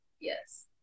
yes